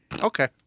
Okay